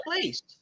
placed